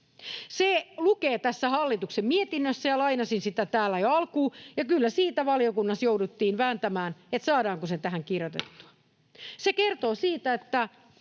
Se lukee tässä hallituksen mietinnössä, ja lainasin sitä täällä jo alkuun, ja kyllä siitä valiokunnassa jouduttiin vääntämään, saadaanko se tähän kirjoitettua.